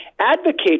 advocate